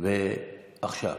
ועכשיו.